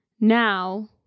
Now